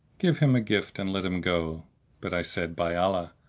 give him a gift and let him go but i said, by allah!